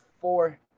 four